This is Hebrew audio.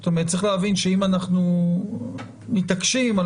זאת אומרת צריך להבין שאם אנחנו מתעקשים על